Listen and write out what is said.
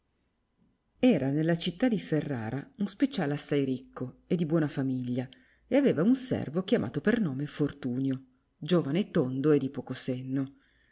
era nella città di ferrara un speciale assai ricco e di buona famiglia e aveva un servo chiamato per nome fortunio giovane tondo e di poco senno